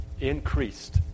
increased